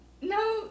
No